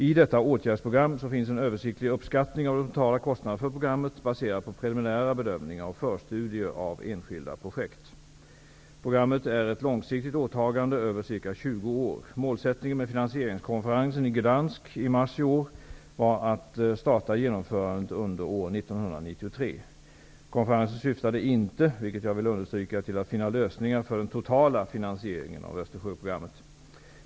I detta åtgärdsprogram finns en översiktlig uppskattning av de totala kostnaderna för programmet, baserad på preliminära bedömningar och förstudier av enskilda projekt. Programmet är ett långsiktigt åtagande över ca 20 Gdansk i mars i år var att starta genomförandet under år 1993. Konferensen syftade inte -- vilket jag vill understryka -- till att finna lösningar för den totala finansieringen av Östersjöprogrammet.